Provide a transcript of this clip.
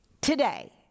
today